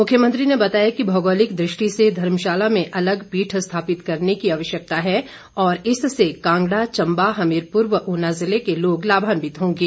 मुख्यमंत्री ने बताया कि भौगौलिक दृष्टि से धर्मशाला में अलग पीठ स्थापित करने की आवश्यकता है और इससे कांगड़ा चंबा हमीरपुर व ऊना जिले के लोग लाभान्वित होंगे